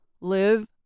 live